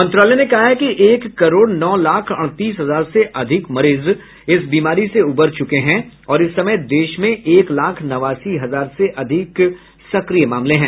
मंत्रालय ने कहा है कि एक करोड़ नौ लाख अड़तीस हजार से अधिक मरीज इस बीमारी से उबर चुके हैं और इस समय देश में एक लाख नवासी हजार से अधिक सक्रिय मामले हैं